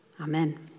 Amen